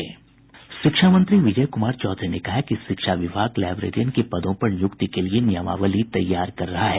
शिक्षा मंत्री विजय कुमार चौधरी ने कहा है कि शिक्षा विभाग लाइब्रेरियन के पदों पर नियुक्ति के लिए नियमावली तैयार कर रहा है